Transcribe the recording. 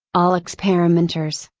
all experimenters,